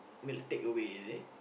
meal takeaway is it